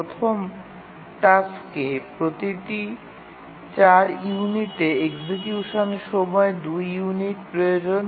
প্রথম টাস্কে প্রতি ৪ ইউনিটে এক্সিকিউশন সময় ২ ইউনিট প্রয়োজন